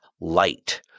light